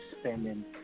spending